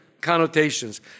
connotations